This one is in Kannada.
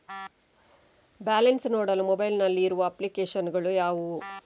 ಬ್ಯಾಲೆನ್ಸ್ ನೋಡಲು ಮೊಬೈಲ್ ನಲ್ಲಿ ಇರುವ ಅಪ್ಲಿಕೇಶನ್ ಗಳು ಯಾವುವು?